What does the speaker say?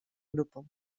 grupo